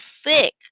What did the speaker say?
sick